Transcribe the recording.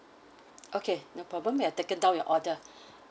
okay no problem we have taken down your order